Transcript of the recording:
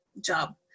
job